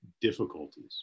difficulties